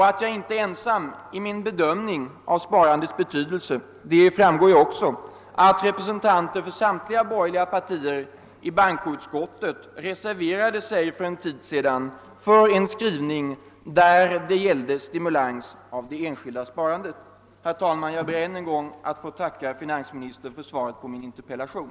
Att jag inte är ensam om min bedömning av sparandets betydelse framgår också av att representanter för samtliga borgerliga partier i bankoutskottet för en tid sedan reserverade sig för en skrivning som syftade till stimulans av det enskilda sparandet. Herr talman! Jag ber än en gång ait få tacka finansministern för svaret på min interpellation.